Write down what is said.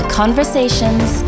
conversations